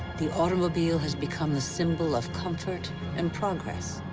the automobile has become the symbol of comfort and progress.